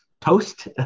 toast